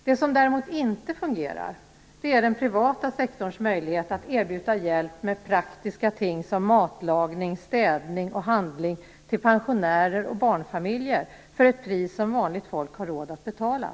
Det som däremot inte fungerar är den privata sektorns möjlighet att erbjuda hjälp med praktiska ting som matlagning, städning och handling till pensionärer och barnfamiljer för ett pris som vanligt folk har råd att betala.